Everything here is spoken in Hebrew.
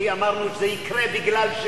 כי אמרנו שזה יקרה משום,